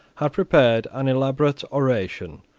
had prepared an elaborate oration,